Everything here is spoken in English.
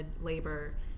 labor